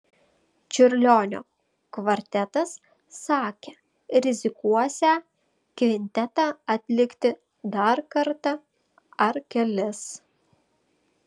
čiurlionio kvartetas sakė rizikuosią kvintetą atlikti dar kartą ar kelis